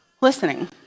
listening